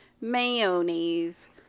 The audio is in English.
mayonnaise